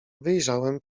wyjrzałem